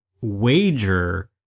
wager